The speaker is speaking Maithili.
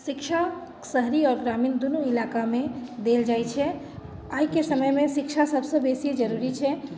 शिक्षा शहरी आओर ग्रामीण दुनू इलाकामे देल जाइत छै आइके समयमे शिक्षा सभसँ बेसी जरूरी छै